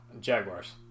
Jaguars